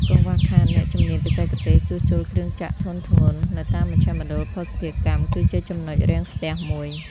កង្វះខាតអ្នកជំនាញបច្ចេកទេស "ជួសជុលគ្រឿងចក្រធុនធ្ងន់" នៅតាមមជ្ឈមណ្ឌលភស្តុភារកម្ម គឺជាចំណុចរាំងស្ទះមួយ។